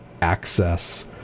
access